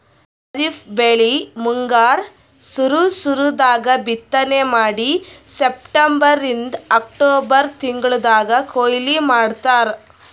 ಖರೀಫ್ ಬೆಳಿ ಮುಂಗಾರ್ ಸುರು ಸುರು ದಾಗ್ ಬಿತ್ತನೆ ಮಾಡಿ ಸೆಪ್ಟೆಂಬರಿಂದ್ ಅಕ್ಟೋಬರ್ ತಿಂಗಳ್ದಾಗ್ ಕೊಯ್ಲಿ ಮಾಡ್ತಾರ್